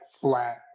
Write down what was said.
flat